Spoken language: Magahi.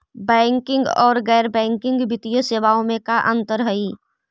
बैंकिंग और गैर बैंकिंग वित्तीय सेवाओं में का अंतर हइ?